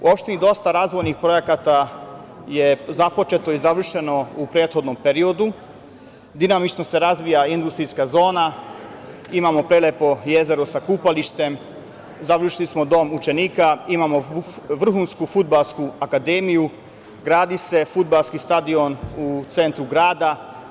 U opštini dosta razvojnih projekata je započeto i završeno u prethodnom periodu, dinamično se razvija industrijska zona, imamo prelepo jezero sa kupalištem, završili smo dom učenika, imamo vrhunsku fudbalsku akademiju, gradi se fudbalski stadion u centru grada.